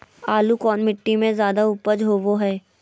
आलू कौन मिट्टी में जादा ऊपज होबो हाय?